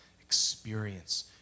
experience